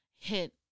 hit